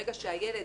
ברגע שהילד,